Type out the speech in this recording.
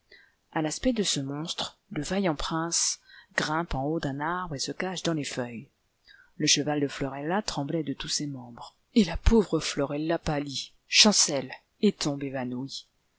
a l'aspect de ce monstre le vaillant prince grimpe au haut d'un arbre et se cache dans les feuilles le cheval de florella tremblait de tous ses membres l arbre de noël et la pauvre florella pâlit chancelle et tombe évanouie